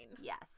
Yes